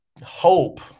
hope